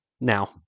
Now